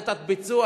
זה תת-ביצוע,